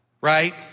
right